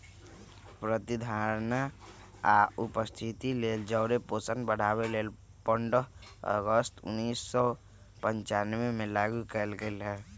प्रतिधारणा आ उपस्थिति लेल जौरे पोषण बढ़ाबे लेल पंडह अगस्त उनइस सौ पञ्चानबेमें लागू कएल गेल रहै